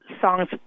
songs